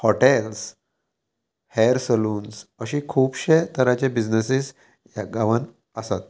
hotels hair salons अशे खुबशे तरांचे बिजनसीस ह्या गांवांत आसात